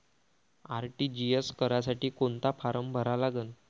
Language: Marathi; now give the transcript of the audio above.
आर.टी.जी.एस करासाठी कोंता फारम भरा लागन?